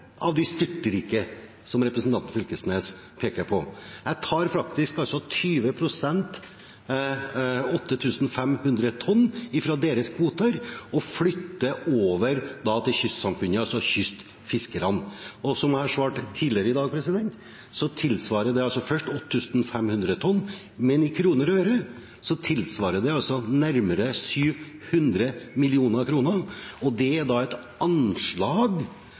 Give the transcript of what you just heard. de styrtrike, som representanten Fylkesnes peker på. Jeg tar faktisk 20 pst., altså 8 500 tonn, fra deres kvoter og flytter over til kystsamfunnene, altså til kystfiskerne. Og som jeg har svart tidligere i dag, så tilsvarer det altså 8 500 tonn, men i kroner og øre tilsvarer det nærmere 700 mill. kr. Det er da et anslag